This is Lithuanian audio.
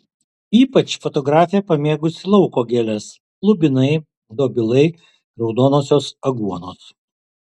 ypač fotografė pamėgusi lauko gėles lubinai dobilai raudonosios aguonos